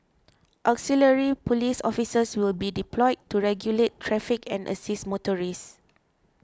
auxiliary police officers will be deployed to regulate traffic and assist motorists